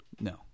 No